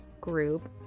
group